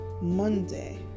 monday